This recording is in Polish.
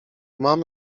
mam